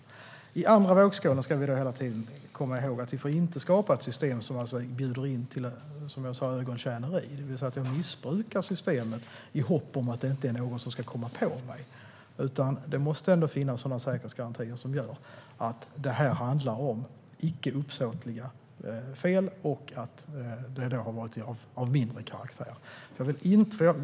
När det gäller den andra vågskålen ska vi hela tiden komma ihåg att vi inte får skapa ett system som bjuder in till ögontjäneri, som jag sa, det vill säga att man missbrukar systemet i hopp om att ingen ska komma på den som gör det. Det måste ändå finnas sådana säkerhetsgarantier som gör att detta handlar om icke uppsåtliga fel som är av mindre karaktär.